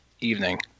evening